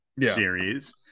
series